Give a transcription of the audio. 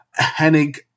Hennig